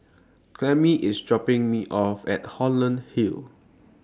Clemmie IS dropping Me off At Holland Hill